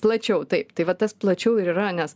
plačiau taip tai va tas plačiau ir yra nes